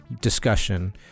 discussion